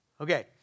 Okay